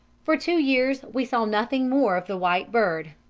for two years we saw nothing more of the white bird,